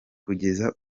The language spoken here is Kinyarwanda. kugeza